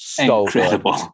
incredible